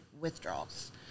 withdrawals